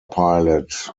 pilot